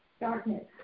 darkness